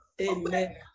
Amen